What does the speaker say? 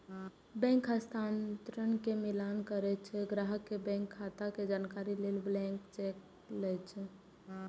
bank हस्ताक्षर के मिलान करै लेल, ग्राहक के बैंक खाता के जानकारी लेल ब्लैंक चेक लए छै